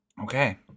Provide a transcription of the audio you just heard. Okay